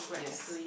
yes